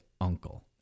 uncle